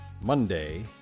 Monday